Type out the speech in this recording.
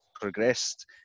progressed